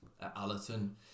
Allerton